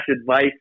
advice